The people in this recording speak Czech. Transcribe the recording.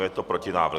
Je to protinávrh.